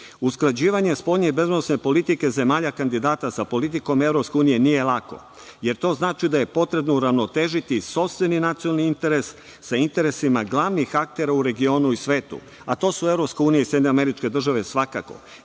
pitanje. Usklađivanje spoljne i bezbednosne politike zemalja kandidata sa politikom EU nije lako, jer to znači da je potrebno uravnotežiti sopstveni nacionalni interes sa interesima glavnih aktera u regionu i svetu, a to su EU i SAD svakako,